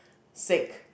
sick